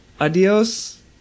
adios